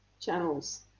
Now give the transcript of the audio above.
channels